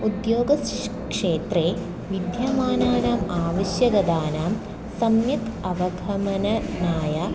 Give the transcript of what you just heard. उद्योगक्षेत्रे विद्यमानानाम् आवश्यकतानां सम्यक् अवगमनाय